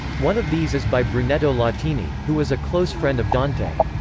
one of these is by brunetto latini, who was a close friend of dante.